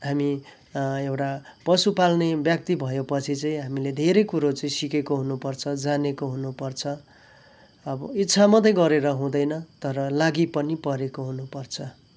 हामी एउटा पशु पाल्ने व्यक्ति भए पछि चाहिँ हामीले धेरै कुरो सिकेको हुनुपर्छ जानेको हुनुपर्छ अब इच्छा मात्रै गरेर हुँदैन तर लागि पनि परेको हुनुपर्छ